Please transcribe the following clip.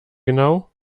genau